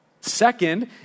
Second